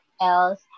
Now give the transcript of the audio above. else